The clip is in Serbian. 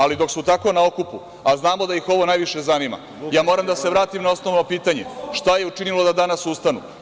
Ali, dok su tako na okupu, a znamo da ih ovo najviše zanima, ja moram da se vratim na osnovno pitanje – šta je učinilo da danas ustanu?